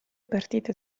partite